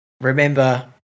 remember